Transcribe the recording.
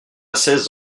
seize